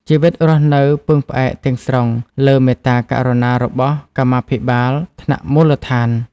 ជីវិតរស់នៅពឹងផ្អែកទាំងស្រុងលើមេត្តាករុណារបស់ "កម្មាភិបាល" ថ្នាក់មូលដ្ឋាន។